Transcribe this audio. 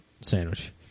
sandwich